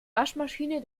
waschmaschine